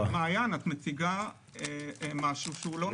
מעין, את מציגה משהו שהוא לא נכון.